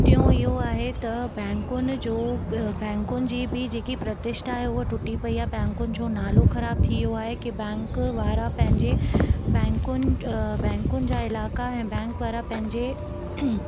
टियो इहो आहे त बैंकुनि जो बैंकुनि जी बि जेकी प्रतिष्ठा आहे उहा टुटी पई आहे बैंकुनि जो नालो ख़राब थी वियो आहे की बैंक वारा पंहिंजे बैंकुनि बैंकुनि जा इलाइक़ा ऐं बैंक वारा पंहिंजे